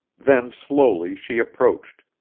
then, slowly, she approached,